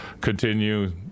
continue